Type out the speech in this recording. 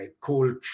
cold